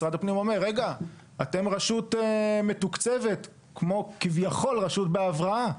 משרד הפנים אומר שאתם רשות מתוקצבת כמו כביכול רשות בהבראה.